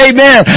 Amen